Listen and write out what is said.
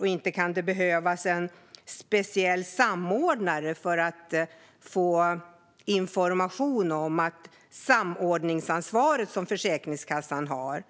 Och inte kan det behövas en speciell samordnare för att få information om att samordningsansvaret som Försäkringskassan har